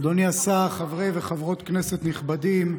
אדוני השר, חברי וחברות כנסת נכבדים,